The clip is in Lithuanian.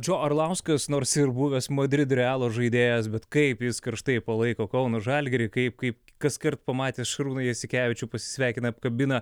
džo arlauskas nors ir buvęs madrido realo žaidėjas bet kaip jis karštai palaiko kauno žalgirį kaip kaip kaskart pamatęs šarūną jasikevičių pasisveikina apkabina